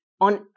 on